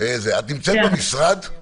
את נמצאת במשרד?